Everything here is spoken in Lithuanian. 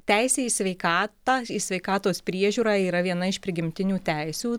teisė į sveikatą į sveikatos priežiūrą yra viena iš prigimtinių teisių